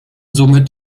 somit